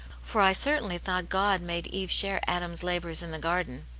for i certainly thought god made eve share adam's labours in the garden.